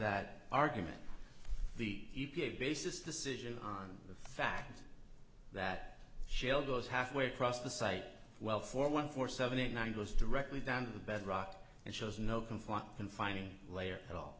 that argument the e p a basis decision on the fact that shell goes half way across the site well for one four seven eight nine goes directly down to the bedrock and shows no confront confining layer at all